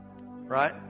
Right